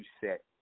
set